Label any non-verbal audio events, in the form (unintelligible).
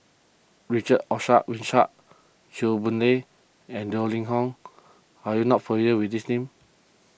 Richard (unintelligible) Winstedt Chew Boon Lay and Yeo Ning Hong are you not familiar with these names